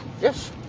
Yes